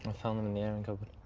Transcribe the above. ah found them in the errand cupboard.